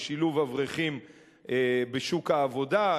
לשילוב אברכים בשוק העבודה,